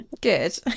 Good